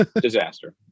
disaster